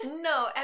No